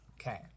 Okay